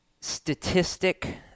statistic